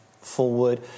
forward